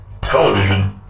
television